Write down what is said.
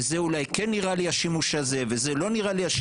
וזה כן נראה לשימוש הזה וזה לא נראה.